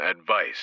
advice